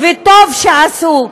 וטוב עשו.